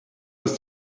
ist